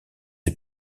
des